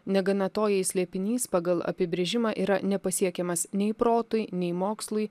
negana to jei slėpinys pagal apibrėžimą yra nepasiekiamas nei protui nei mokslui